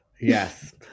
Yes